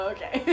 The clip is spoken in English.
Okay